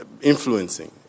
influencing